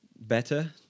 better